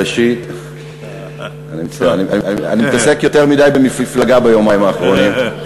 אני מתעסק יותר מדי במפלגה ביומיים האחרונים.